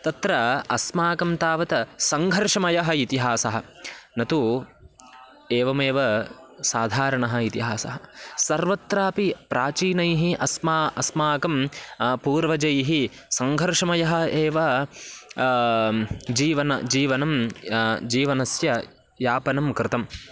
तत्र अस्माकं तावत् सङ्घर्षमयः इतिहासः न तु एवमेव साधारणः इतिहासः सर्वत्रापि प्राचीनैः अस्माकम् अस्माकं पूर्वजैः सङ्घर्षमयः एव जीवनं जीवनं जीवनस्य यापनं कृतम्